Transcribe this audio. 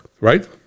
right